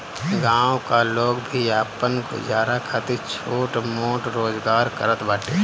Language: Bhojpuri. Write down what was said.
गांव का लोग भी आपन गुजारा खातिर छोट मोट रोजगार करत बाटे